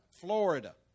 Florida